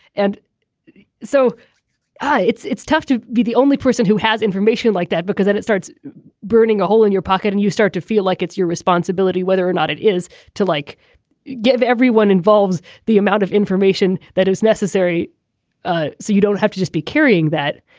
and so it's it's tough to be the only person who has information like that because it it starts burning a hole in your pocket and you start to feel like it's your responsibility whether or not it is to like give everyone involves the amount of information that is necessary ah so you don't have to just be carrying that.